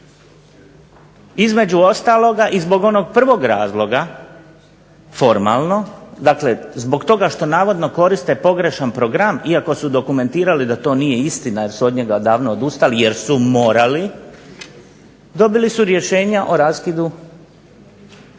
između ostaloga i zbog onog prvog razloga, formalno, dakle zbog toga što navodno koriste pogrešan program, iako su dokumentirali da to nije istina, jer su od njega davno odustali, jer su morali, dobili su rješenja o raskidu